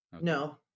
No